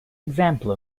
example